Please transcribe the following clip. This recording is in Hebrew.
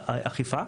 באכיפה,